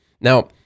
now